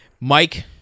Mike